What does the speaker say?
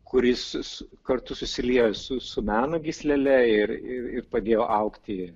kuris kartu susiliejo su su meno gyslele ir ir padėjo augti